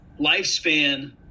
lifespan